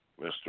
Mr